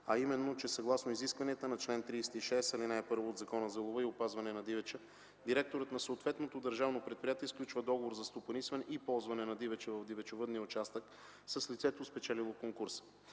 а именно, че съгласно изискванията на чл. 36, ал. 1 от Закона за лова и опазване на дивеча директорът на съответното държавно предприятие сключва договор за стопанисване и ползване на дивеча в дивечовъдния участък с лицето, спечелило конкурса.